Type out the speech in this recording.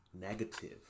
negative